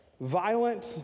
violent